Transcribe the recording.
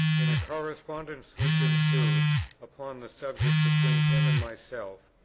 in a correspondence which ensued upon the subject between him and myself,